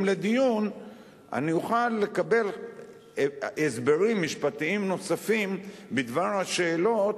לדיון אני אוכל לקבל הסברים משפטיים נוספים בדבר השאלות